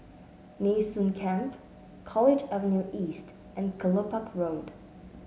Nee Soon Camp College Avenue East and Kelopak Road